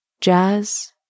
Jazz